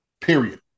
period